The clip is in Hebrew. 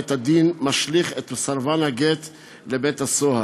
בית-הדין משליך את סרבן הגט לבית-הסוהר.